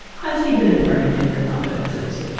has he been imparting tender confidences?